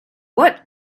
what